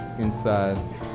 inside